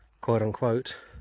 quote-unquote